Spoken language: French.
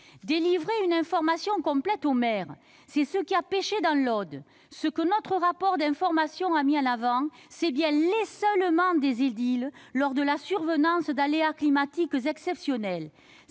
Délivrer une information complète aux maires, c'est ce qui a péché dans l'Aude. Notre rapport d'information a bien mis en avant l'esseulement des édiles lors de la survenance d'aléas climatiques exceptionnels.